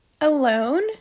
alone